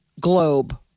Globe